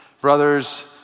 brothers